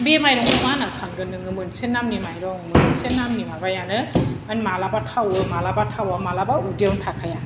बे माइरंखौ मा होनना सानगोन नोङो मोनसे नामनि माइरं मोनसे नामनि माबायानो मानि मालाबा थावो मालाबा थावा मालाबा उदैआवनो थाखाया